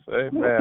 Amen